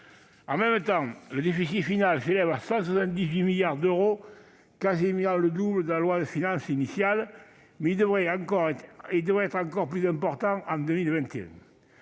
En même temps, le déficit final s'élève à 178 milliards d'euros, quasiment le double de celui prévu par la loi de finances initiale, et il devrait être encore plus important en 2021.